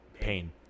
pain